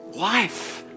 life